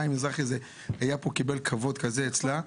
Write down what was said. חיים מזרחי קיבל כבוד אצלה.